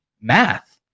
math